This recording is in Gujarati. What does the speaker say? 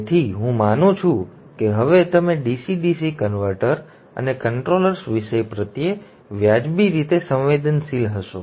તેથી હું માનું છું કે હવે તમે DC DC કન્વર્ટર અને કન્ટ્રોલર્સ વિષય પ્રત્યે વ્યાજબી રીતે સંવેદનશીલ હશો